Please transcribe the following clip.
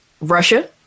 Russia